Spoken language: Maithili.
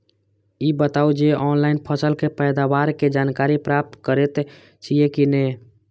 ई बताउ जे ऑनलाइन फसल के पैदावार के जानकारी प्राप्त करेत छिए की नेय?